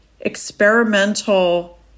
experimental